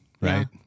right